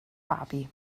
babi